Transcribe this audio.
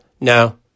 No